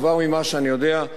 כבר ממה שאני יודע,